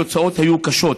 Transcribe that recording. התוצאות היו קשות.